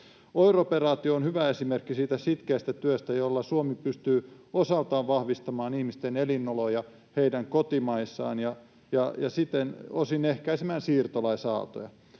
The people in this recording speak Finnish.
OIR-operaatio on hyvä esimerkki siitä sitkeästä työstä, jolla Suomi pystyy osaltaan vahvistamaan ihmisten elinoloja heidän kotimaissaan ja siten osin ehkäisemään siirtolaisaaltoja.